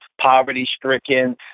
poverty-stricken